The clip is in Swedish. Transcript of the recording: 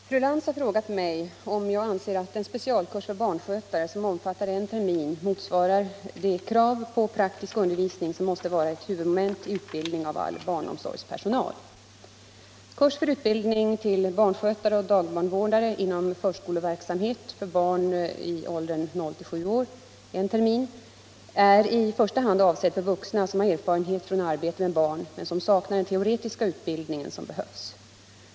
Herr talman! Fru Lantz har frågat mig om jag anser att den specialkurs för barnskötare som omfattar en termin motsvarar de krav på praktisk undervisning som måste vara ett huvudmoment i utbildning av all barnomsorgspersonal. Kurs för utbildning till barnskötare och dagbarnvårdare inom förskoleverksamhet för barn i åldern 0-7 år är i första hand avsedd för vuxna som har erfarenhet från arbete med barn men som saknar den teoretiska utbildning som behövs.